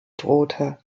drohte